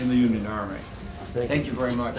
in the union army thank you very much